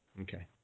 okay